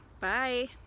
bye